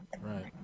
Right